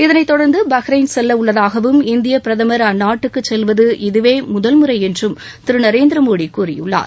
இதனை தொடர்ந்து பஹ்ரைன் செல்ல உள்ளதாகவும் இந்திய பிரதமர் அந்நாட்டுக்கு செல்வது இதுவே முதல்முறை என்றும் திரு நரேந்திர மோடி கூறியுள்ளார்